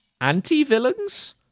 anti-villains